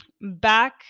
back